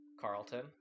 Carlton